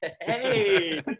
hey